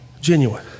genuine